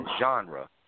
genre